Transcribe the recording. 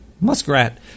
Muskrat